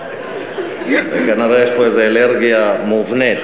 כנראה יש פה איזה אלרגיה מובנית.